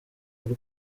muri